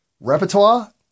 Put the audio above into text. repertoire